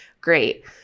great